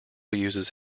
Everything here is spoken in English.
uses